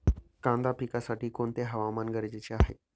कांदा पिकासाठी कोणते हवामान गरजेचे आहे?